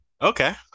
Okay